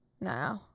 No